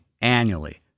annually